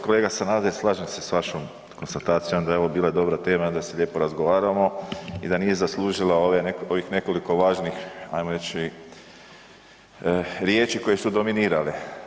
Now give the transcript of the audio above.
Kolega Sanader slažem se s vašom konstatacijom da je ovo bila dobra tema da se lijepo razgovaramo i da nije zaslužila ove, ovih nekoliko važnih ajmo reći riječi koje su dominirale.